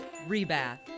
Rebath